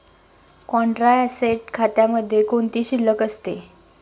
Contra asset खात्यामध्ये कोणती शिल्लक असते?